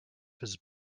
his